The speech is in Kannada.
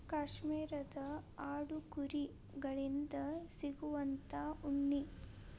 ಕಾಶ್ಮೇರದ ಆಡು ಕುರಿ ಗಳಿಂದ ಸಿಗುವಂತಾ ಉಣ್ಣಿ